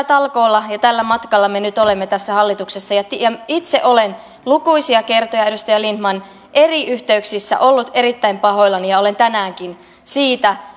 talkoissa ja tällä matkalla me nyt olemme tässä hallituksessa itse olen lukuisia kertoja edustaja lindtman eri yhteyksissä ollut erittäin pahoillani ja olen tänäänkin siitä